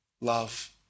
love